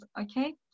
okay